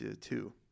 Two